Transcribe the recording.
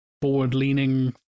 forward-leaning